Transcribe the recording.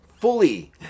fully